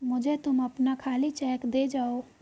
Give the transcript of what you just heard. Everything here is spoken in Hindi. मुझे तुम अपना खाली चेक दे जाओ